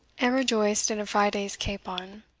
and rejoiced in a friday's capon,